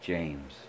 James